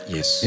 Yes